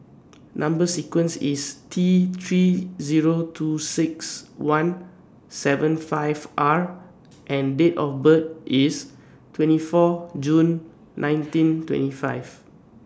Number sequence IS T three Zero two six one seven five R and Date of birth IS twenty four June nineteen twenty five